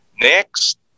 Next